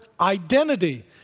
identity